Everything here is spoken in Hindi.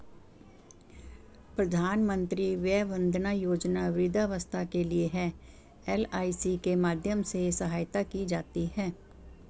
प्रधानमंत्री वय वंदना योजना वृद्धावस्था के लिए है, एल.आई.सी के माध्यम से सहायता की जाती है